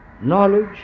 knowledge